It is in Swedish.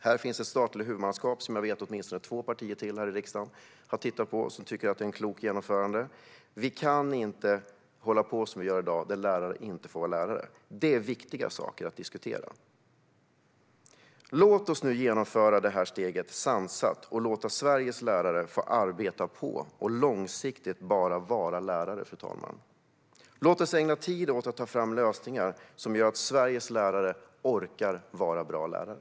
Här finns ett statligt huvudmannaskap som jag vet att åtminstone två partier till här i riksdagen har tittat på och tycker är ett klokt genomförande. Vi kan inte hålla på som vi gör i dag när lärare inte får vara lärare. Det är viktiga saker att diskutera. Låt oss nu genomföra det här steget sansat så att Sveriges lärare får arbeta på och långsiktigt bara vara lärare, fru talman. Låt oss ägna tid åt att ta fram lösningar som gör att Sveriges lärare orkar vara bra lärare.